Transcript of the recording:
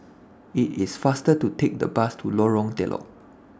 IT IS faster to Take The Bus to Lorong Telok